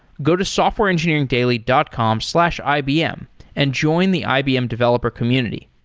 go to softwareengineeringdaily dot com slash ibm and join the ibm developer community.